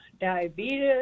Diabetes